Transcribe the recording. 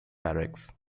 barracks